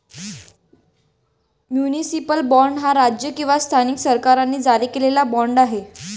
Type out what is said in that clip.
municipal bond हा राज्य किंवा स्थानिक सरकारांनी जारी केलेला बाँड आहे